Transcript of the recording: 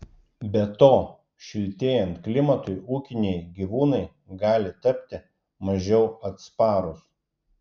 be to šiltėjant klimatui ūkiniai gyvūnai gali tapti mažiau atsparūs